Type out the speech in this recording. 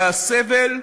והסבל,